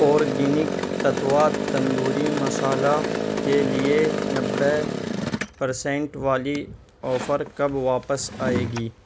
organic تتوہ تندوری مصالاہ کے لیےنبے پر سینٹ والی آفر کب واپس آئے گی